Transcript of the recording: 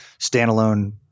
standalone